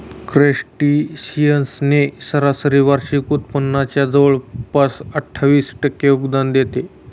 crustaceans ने सरासरी वार्षिक उत्पादनाच्या जवळपास अठ्ठावीस टक्के योगदान देते